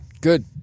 Good